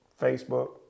Facebook